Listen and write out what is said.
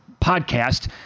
Podcast